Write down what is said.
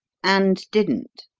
and didn't?